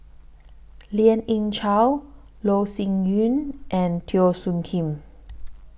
Lien Ying Chow Loh Sin Yun and Teo Soon Kim